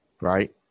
right